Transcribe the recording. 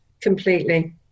Completely